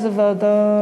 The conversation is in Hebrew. איזה ועדה?